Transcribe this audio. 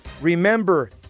Remember